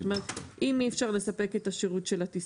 אם אי אפשר לספק את השירות של הטיסה,